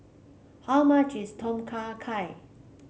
how much is Tom Kha Gai